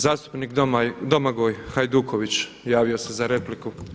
Zastupnik Domagoj Hajduković javio se za repliku.